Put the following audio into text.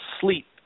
sleep